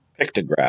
pictograph